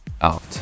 out